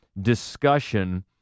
discussion